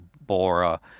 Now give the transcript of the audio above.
Bora